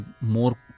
more